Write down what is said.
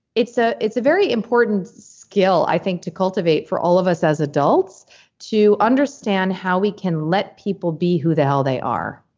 it's ah it's a very important skill i think to cultivate for all of us as adults to understand how we can let people be who the hell they are.